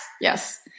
yes